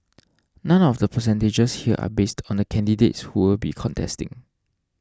none of the percentages here are based on the candidates who will be contesting